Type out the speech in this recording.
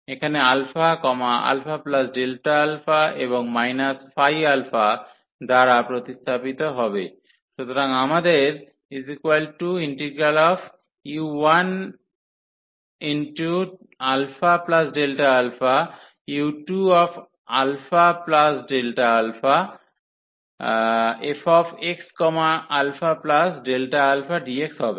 এখানে α α Δα এবং দ্বারা প্রতিস্থাপিত হবে সুতরাং আমাদের u1αu2αfxαdx হবে